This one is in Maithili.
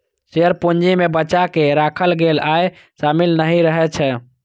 शेयर पूंजी मे बचा कें राखल गेल आय शामिल नहि रहै छै